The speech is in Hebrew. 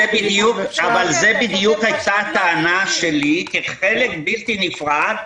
אבל זו בדיוק הייתה הטענה שלי כחלק בלתי נפרד,